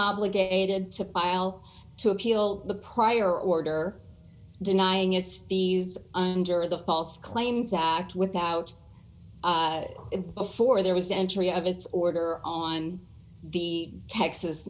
obligated to file to appeal the prior order denying it's these under the false claims act without it before there was an entry of its order on the texas